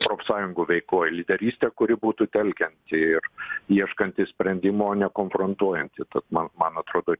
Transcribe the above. profsąjungų veikloj lyderystė kuri būtų telkianti ir ieškanti sprendimo o ne konfrontuojanti tad man man atrodo